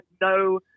no